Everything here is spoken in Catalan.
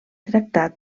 tractat